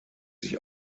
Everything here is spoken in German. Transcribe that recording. sich